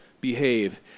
behave